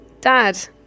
Dad